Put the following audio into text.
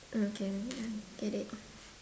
okay let me um get it